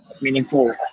meaningful